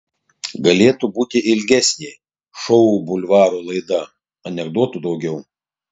galėtų būti ilgesnė šou bulvaro laida anekdotų daugiau